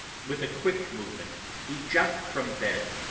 with a quick movement he jumped from bed,